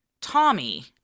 Tommy